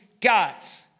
gods